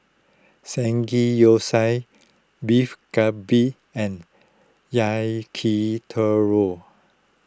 Samgeyopsal Beef Galbi and Yakitori